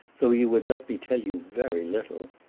though you would let me tell you very little.